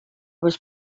was